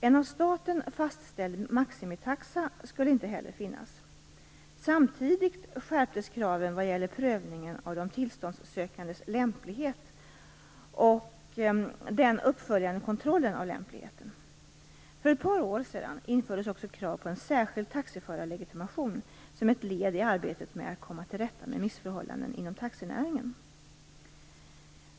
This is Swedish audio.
En av staten fastställd maximitaxa skulle inte heller finnas. Samtidigt skärptes kraven vad gäller prövningen av de tillståndssökandes lämplighet och den uppföljande kontrollen av lämpligheten. För ett par år sedan infördes också krav på en särskild taxiförarlegitimation som ett led i arbetet med att komma till rätta med missförhållanden inom taxinäringen.